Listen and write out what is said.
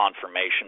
confirmation